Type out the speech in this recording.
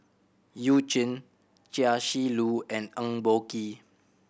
You Jin Chia Shi Lu and Eng Boh Kee